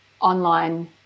online